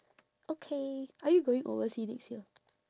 okay are you going overseas next year